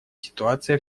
ситуация